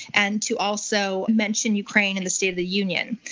and to also mention ukraine in the state of the union.